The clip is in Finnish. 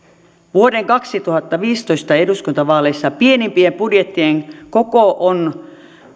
vuoden kaksituhattaviisitoista eduskuntavaaleissa pienimpien budjettien koko on